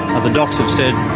ah the docs have said,